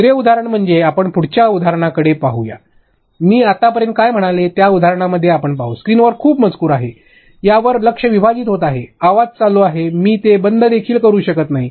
दुसरे म्हणजे आपण पुढच्या उदाहरणाकडे जाऊया मी आतापर्यंत काय म्हणाले त्या उदाहरणामध्ये आपण पाहू स्क्रीनवर खूप मजकूर आहे यावर लक्ष विभाजित होत आहे आवाज चालू आहे मी ते बंद देखील करू शकत नाही